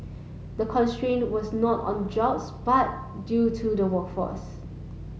the constraint was not on jobs but due to the workforce